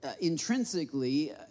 intrinsically